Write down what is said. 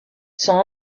sont